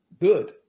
good